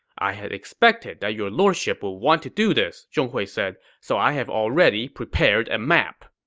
i had expected that your lordship would want to do this, zhong hui said. so i have already prepared a map.